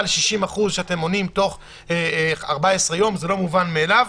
שאתם עונים בתוך 14 יום ליותר מ-60%